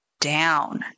down